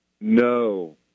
No